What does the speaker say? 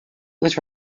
was